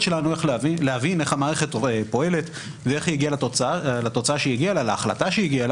שלנו להבין איך המערכת פועלת ואיך הגיעה להחלטה שהגיעה,